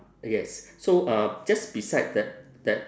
yes so uh just beside that that